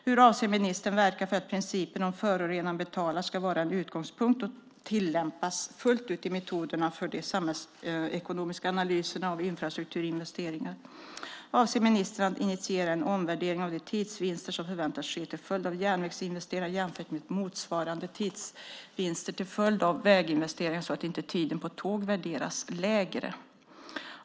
Hur avser ministern att verka för att principen om att förorenaren betalar ska vara en utgångspunkt och tillämpas fullt ut i metoderna för de samhällsekonomiska analyserna av infrastrukturinvesteringar? Avser ministern att initiera en omvärdering av de tidsvinster som förväntas ske till följd av järnvägsinvesteringar jämfört med motsvarande tidsvinster till följd av väginvesteringar så att inte tiden på tåg värderas lägre?